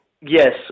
Yes